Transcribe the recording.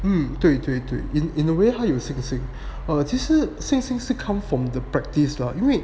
mm 对对对 in in a way 他有信心 err 其实信心是 come from the practice lah 因为